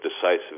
decisive